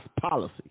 policy